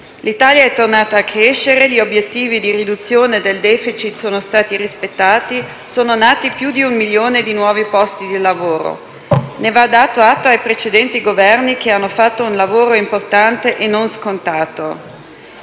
L'Italia è tornata a crescere; gli obiettivi di riduzione del *deficit* sono stati rispettati; sono nati più di un milione di nuovi posti di lavoro. Ne va dato atto ai precedenti Governi che hanno fatto un lavoro importante e non scontato